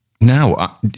Now